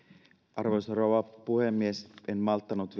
arvoisa rouva puhemies en malttanut